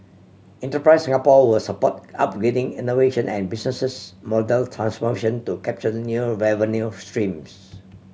Enterprise Singapore will support upgrading innovation and businesses model transformation to capture new revenue streams